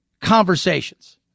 conversations